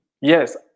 Yes